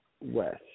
West